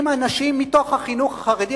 עם אנשים מתוך החינוך החרדי,